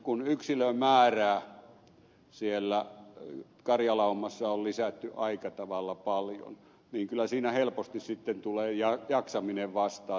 kun yksilömäärää siellä karjalaumassa on lisätty aika tavalla paljon niin kyllä siinä helposti sitten tulee jaksaminen vastaan